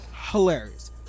Hilarious